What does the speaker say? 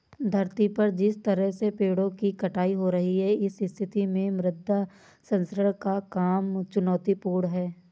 धरती पर जिस तरह से पेड़ों की कटाई हो रही है इस स्थिति में मृदा संरक्षण का काम चुनौतीपूर्ण है